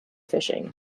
fishing